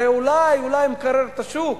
אולי זה היה מקרר את השוק.